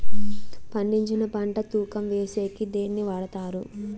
పండించిన పంట తూకం వేసేకి దేన్ని వాడతారు?